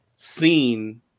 Seen